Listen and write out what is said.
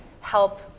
help